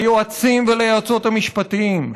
ליועצים וליועצות המשפטיים,